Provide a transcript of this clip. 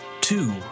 two